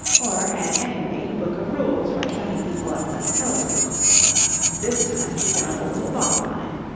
or at any rate a book of rules for shutting people up like telescopes this time she found a little bottle on it,